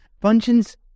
functions